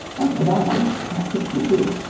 uncle donald, at sixty-two,